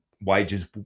wages